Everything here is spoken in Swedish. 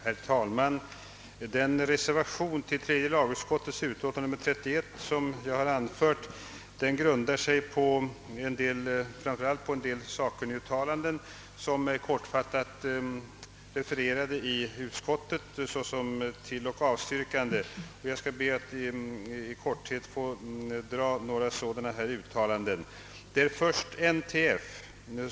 Herr talman! Den reservation som jag fogat till tredje lagutskottets utlåtande nr 31 grundar sig framför allt på några sakkunniguttalanden, som kortfattat refererats i utskottets utlåtande så som tilloch avstyrkande. Jag ber att i korhet få föredra några av dessa uttalandena i vad de avser övningskörning på motorväg.